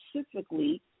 specifically